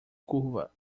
curva